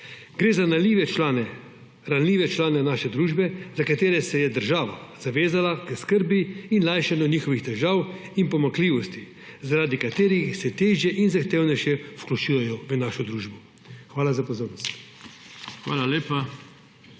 za nazaj. Gre za ranljive člane naše družbe, za katere se je država zavezala k skrbi in lajšanju njihovih težav in pomanjkljivosti, zaradi katerih se težje in zahtevnejše vključujejo v našo družbo. Hvala za pozornost.